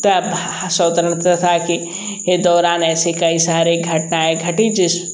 ता भाह स्वतंत्रता की दौरान ऐसे कई सारे घटनाएं घटी जिस